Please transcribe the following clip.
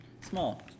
Small